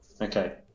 Okay